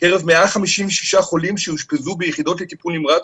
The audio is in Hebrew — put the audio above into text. בקרב 156 חולים שאושפזו ביחידות לטיפול נמרץ,